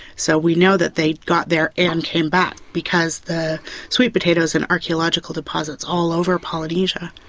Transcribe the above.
so we know that they got there and came back because the sweet potato is in archaeological deposits all over polynesia.